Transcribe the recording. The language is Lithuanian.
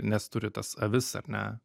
nes turi tas avis ar ne